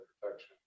protection